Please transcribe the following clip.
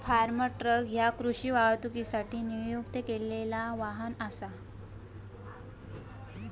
form truck ह्या कृषी वाहतुकीसाठी नियुक्त केलेला वाहन असा